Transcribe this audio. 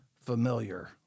familiar